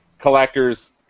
collectors